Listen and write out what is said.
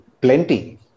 Plenty